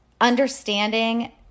understanding